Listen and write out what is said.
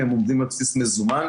הם עובדים על בסיס מזומן,